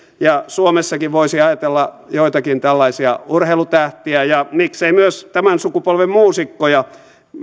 suomessakin voisi ajatella joitakin tällaisia urheilutähtiä ja miksei myös tämän sukupolven muusikkoja